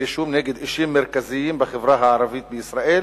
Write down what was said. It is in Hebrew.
אישום נגד אישים מרכזיים בחברה הערבית בישראל